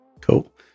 Cool